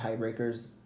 tiebreakers